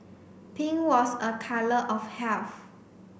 pink was a colour of health